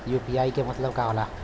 UPI के मतलब का होला?